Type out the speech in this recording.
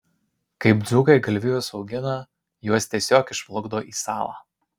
kaip dzūkai galvijus augina juos tiesiog išplukdo į salą